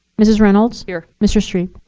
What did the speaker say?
mrs. reynolds. here. mr. strebe.